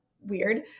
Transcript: weird